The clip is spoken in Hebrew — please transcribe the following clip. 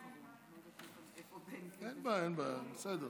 אין שר תורן?